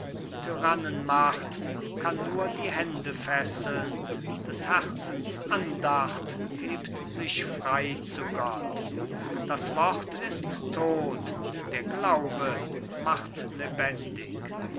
vollbringens tyrannenmacht kann nur die hände fesseln des herzens andacht hebt sich frei zu gott das wort ist tot der glaube macht lebendig